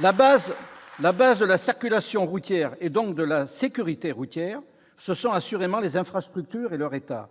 La base de la circulation routière, donc de la sécurité routière, ce sont assurément les infrastructures et leur état.